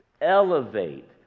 Elevate